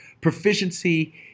proficiency